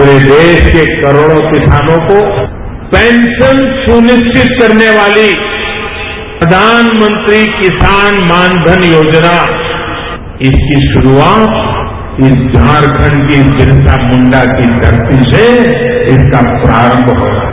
पूरे देश के करोड़ों किसानों को पेंशन सुनिश्चित करने वाली प्रधानमंत्री किसान मानधन योजना इसकी शुरूआत इस झारखंड की विरसा मुंडा की धरती से इसका प्रारंभ हो रहा है